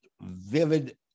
vivid